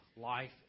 Life